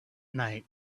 night